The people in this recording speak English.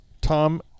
tom